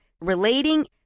relating